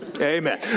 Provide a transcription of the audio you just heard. amen